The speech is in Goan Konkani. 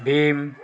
भीम